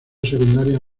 secundaria